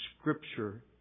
Scripture